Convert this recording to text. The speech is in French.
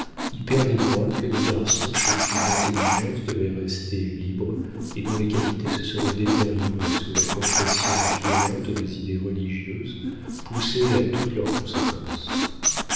y perdaient moins que des garçons chez qui l'intelligence devait rester libre et dont les qualités se seraient détériorées sous la compression violente des idées religieuses poussées à toutes leurs conséquences